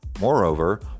Moreover